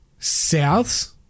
Souths